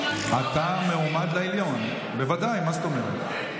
אתה מועמד לעליון, בוודאי, מה זאת אומרת.